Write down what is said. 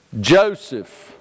Joseph